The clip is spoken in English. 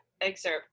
excerpt